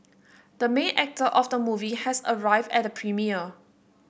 the main actor of the movie has arrived at the premiere